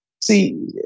See